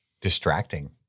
distracting